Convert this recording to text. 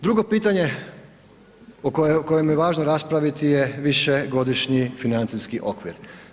Drugo pitanje o kojem je važno raspraviti je višegodišnji financijski okvir.